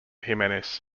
jimenez